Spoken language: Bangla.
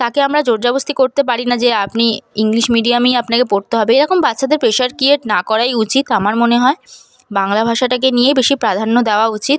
তাকে আমরা জোরজবস্তি করতে পারি না যে আপনি ইংলিশ মিডিয়ামই আপনাকে পড়তে হবে এরকম বাচ্চাদের প্রেসার ক্রিয়েট না করাই উচিত আমার মনে হয় বাংলা ভাষাটাকে নিয়ে বেশি প্রাধান্য দেওয়া উচিত